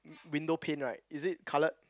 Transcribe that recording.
window pane right is it coloured